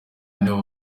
nibo